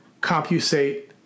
compensate